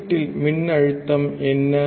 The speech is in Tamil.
உள்ளீட்டில் மின்னழுத்தம் என்ன